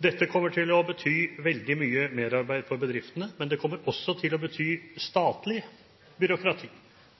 Dette kommer til å bety veldig mye merarbeid for bedriftene, men det kommer også til å bety statlig byråkrati.